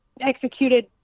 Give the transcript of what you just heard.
executed